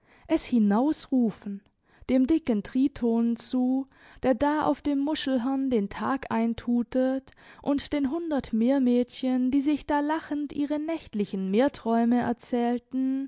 es hinausrufen dem dicken tritonen zu der da auf dem muschelhorn den tag eintutet und den hundert meermädchen die sich da lachend ihre nächtlichen meerträume erzählten